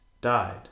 died